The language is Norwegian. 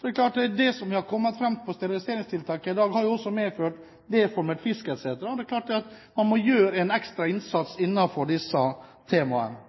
for det som vi er kommet fram til av steriliseringstiltak i dag, har medført deformert fisk etc. Det er klart at man må gjøre en ekstra innsats innenfor disse temaene.